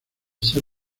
ser